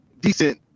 decent